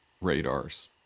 radars